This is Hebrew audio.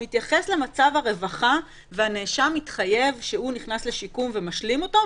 מתייחסים למצב הרווחה והנאשם מתחייב שהוא נכנס לשיקום ומשלים אותו,